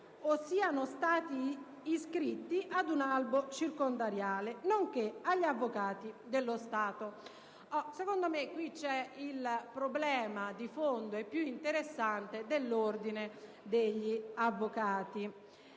o siano stati iscritti ad un albo circondariale, nonché agli avvocati dello Stato». Secondo me, esiste al riguardo un problema di fondo e più interessante relativo all'Ordine degli avvocati.